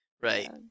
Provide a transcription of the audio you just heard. Right